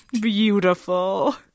beautiful